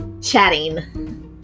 chatting